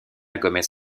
gomes